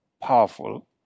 powerful